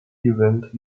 event